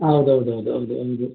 ಹಾಂ ಹೌದೌದು ಹೌದೌದು ಹೌದು